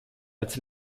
als